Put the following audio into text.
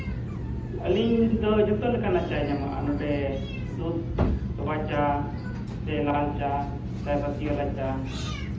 ᱟᱹᱞᱤᱧ ᱫᱚ ᱡᱷᱚᱛᱚ ᱞᱮᱠᱟᱱᱟᱜ ᱪᱟᱭ ᱧᱟᱢᱚᱜᱼᱟ ᱱᱚᱰᱮ ᱫᱩᱫᱷ ᱛᱚᱣᱟ ᱪᱟ ᱥᱮ ᱞᱟᱞ ᱪᱟ ᱪᱟᱭ ᱯᱟᱹᱛᱤᱣᱟᱞᱟ ᱪᱟ